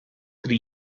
three